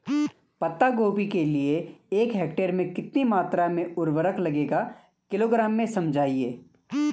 पत्ता गोभी के लिए एक हेक्टेयर में कितनी मात्रा में उर्वरक लगेगा किलोग्राम में समझाइए?